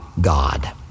God